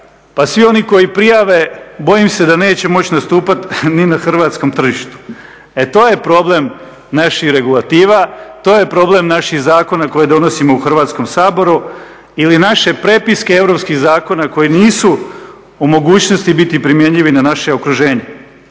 pa svi oni koji prijave, bojim se da neće moći nastupati ni na hrvatskom tržištu. E to je problem naših regulativa, to je problem naših zakona koje donosimo u Hrvatskom saboru ili naše prepiske europskih zakona koje nisu u mogućnosti biti primjenjive na naše okruženje.